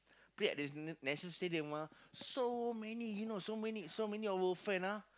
play at the n~ National Stadium ah so many you know so many so many our friend ah